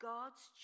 God's